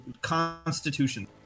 constitution